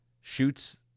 shoots